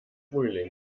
frühling